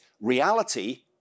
reality